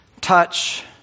touch